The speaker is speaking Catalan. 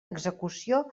execució